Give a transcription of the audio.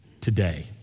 today